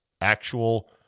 actual